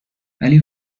ولی